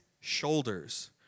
shoulders